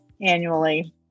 annually